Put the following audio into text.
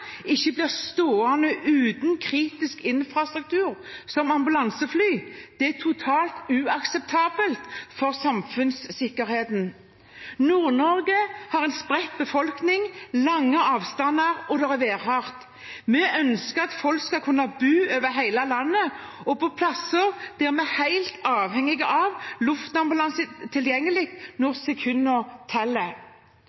ikke blir stående uten kritisk infrastruktur som ambulansefly. Det er totalt uakseptabelt for samfunnssikkerheten. Nord-Norge har en spredt befolkning, lange avstander, og det er værhardt. Vi ønsker at folk skal kunne bo over hele landet og på plasser der vi er helt avhengige av at luftambulanse er tilgjengelig når sekunder teller. Nå